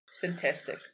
Fantastic